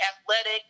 athletic